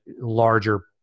larger